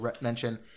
mention